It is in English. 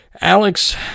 Alex